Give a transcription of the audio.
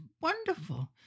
wonderful